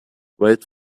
wait